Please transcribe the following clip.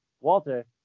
Walter